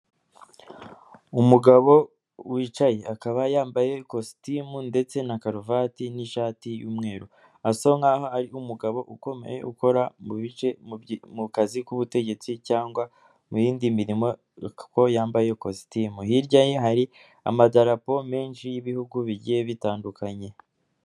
Umugabo wicaye akaba yambaye ikositimu ndetse na karuvati n'ishati y'umweru, asa nkaho ari umugabo ukomeye ukora mu bice mu kazi k'ubutegetsi cyangwa mu yindi mirimo kuko yambaye ikositimu, hirya ye hari amadarapo menshi y'ibihugu bigiye bitandukanye.